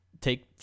take